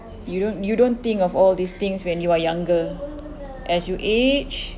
you don't you don't think of all these things when you are younger as you age